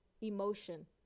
emotion